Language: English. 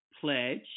pledge